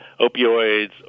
opioids